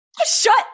Shut